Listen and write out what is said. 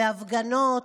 בהפגנות,